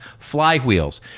flywheels